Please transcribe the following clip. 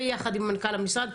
ביחד עם מנכ"ל המשרד,